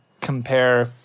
compare